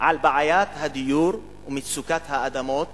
על בעיית הדיור ומצוקת האדמות